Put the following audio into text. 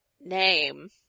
name